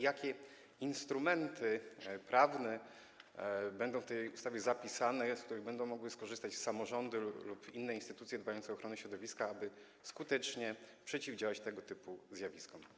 Jakie instrumenty prawne będą zapisane w tej ustawie, z których będą mogły skorzystać samorządy lub inne instytucje dbające o ochronę środowiska, aby skutecznie przeciwdziałać tego typu zjawiskom?